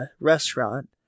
restaurant